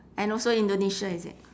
and also indonesia is it